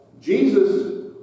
Jesus